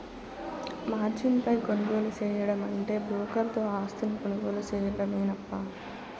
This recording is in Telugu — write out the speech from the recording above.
మార్జిన్ పై కొనుగోలు సేయడమంటే బ్రోకర్ తో ఆస్తిని కొనుగోలు సేయడమేనప్పా